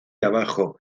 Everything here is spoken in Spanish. abajo